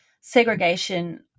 segregation